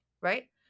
Right